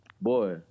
Boy